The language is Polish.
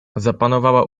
zapanowała